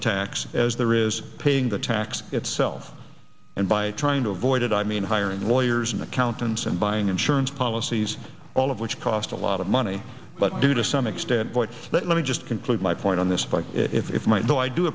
tax as there is paying the tax itself and by trying to avoid it i mean hiring lawyers and accountants and buying insurance policies all of which cost a lot of money but due to some extent but let me just conclude my point on this by if i might do i do